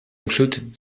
included